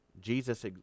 Jesus